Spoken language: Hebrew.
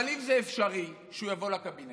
אבל אם זה אפשרי שהוא יבוא לקבינט